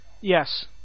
Yes